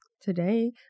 today